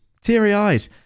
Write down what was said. teary-eyed